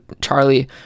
Charlie